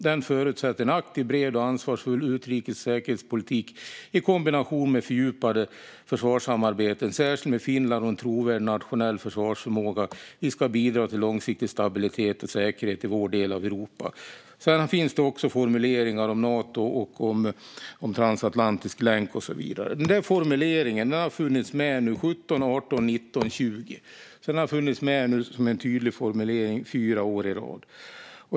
Den förutsätter en aktiv, bred och ansvarsfull utrikes och säkerhetspolitik i kombination med fördjupade försvarssamarbeten, särskilt med Finland, och en trovärdig nationell försvarsförmåga. Vi ska bidra till långsiktig stabilitet och säkerhet i vår del av Europa. Det finns också formuleringar om Nato och transatlantisk länk och så vidare. Denna tydliga formulering har funnits med 2017-2020, alltså fyra år i rad.